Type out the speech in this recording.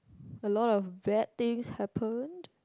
a lot of bad things happened